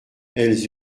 elles